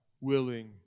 willing